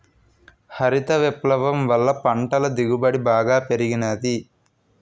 హరిత విప్లవం వల్ల పంటల దిగుబడి బాగా పెరిగినాది